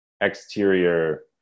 exterior